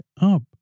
up